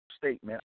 statement